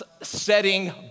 setting